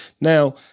Now